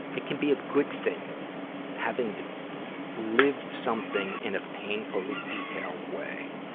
it can be a good thing having to lived something in a painfully detailed way.